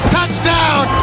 Touchdown